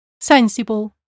sensible